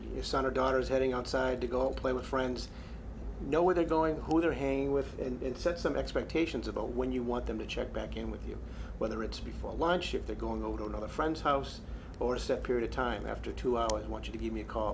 your son or daughter is heading outside to go play with friends know what they're going to hold or hang with and set some expectations about when you want them to check back in with you whether it's before lunch if they're going over to another friend's house for a set period of time after two hours i want you to give me a call